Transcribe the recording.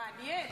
מעניין.